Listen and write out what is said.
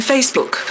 Facebook